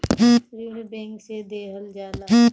ऋण बैंक से लेहल जाला